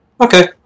Okay